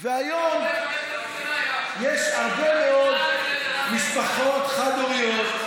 והיום יש הרבה מאוד משפחות חד-הוריות,